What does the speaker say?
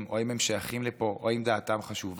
או האם הם שייכים לפה או האם דעתם חשובה